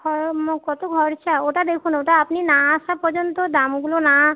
খর কত খরচা ওটা দেখুন ওটা আপনি না আসা পর্যন্ত দামগুলো না